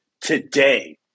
today